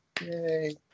Yay